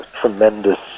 tremendous